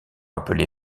appelé